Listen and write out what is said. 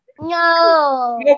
No